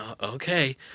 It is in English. okay